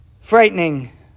Frightening